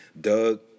Doug